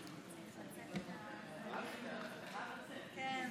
התשס"א 2001,